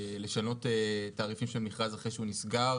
לשנות תעריפים של מכר אחרי שהוא נסגר,